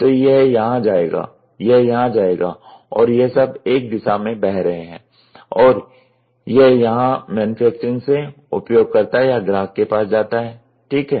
तो यह यहाँ जाएगा यह यहाँ जाएगा और यह सब एक दिशा में बह रहे हैं और यह यहाँ मैन्युफैक्चरिंग से उपयोगकर्ता या ग्राहक के पास जाता है ठीक है